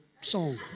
song